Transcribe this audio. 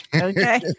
Okay